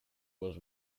was